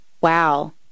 Wow